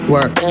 Work